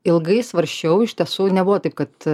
ilgai svarsčiau iš tiesų nebuvo taip kad